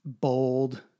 bold